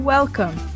Welcome